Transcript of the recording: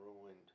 ruined